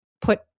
put